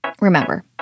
Remember